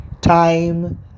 time